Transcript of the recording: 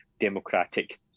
democratic